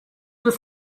was